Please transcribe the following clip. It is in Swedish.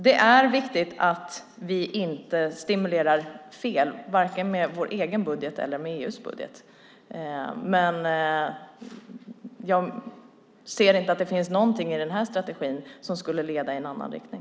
Det är viktigt att vi inte stimulerar fel med vare sig vår egen budget eller med EU:s budget. Jag ser inte att det finns någonting i den här strategin som skulle leda i någon annan riktning.